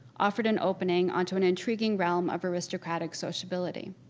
offered an opening onto an intriguing realm of aristocratic sociability.